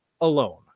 alone